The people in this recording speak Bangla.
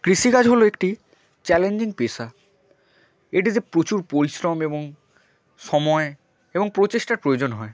কৃষিকাজ হলো একটি চ্যালেঞ্জিং পেশা এটিতে প্রচুর পরিশ্রম এবং সময় এবং প্রচেষ্টার প্রয়োজন হয়